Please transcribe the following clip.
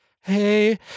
Hey